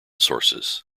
sources